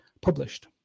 published